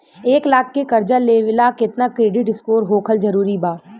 एक लाख के कर्जा लेवेला केतना क्रेडिट स्कोर होखल् जरूरी बा?